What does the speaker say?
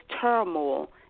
turmoil